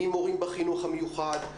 ממורים בחינוך המיוחד,